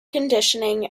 conditioning